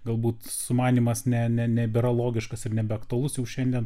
galbūt sumanymas ne ne nebėra logiškas ir nebeaktualus jau šiandien